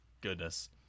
goodness